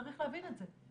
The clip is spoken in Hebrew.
צריך להבין את זה.